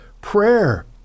prayer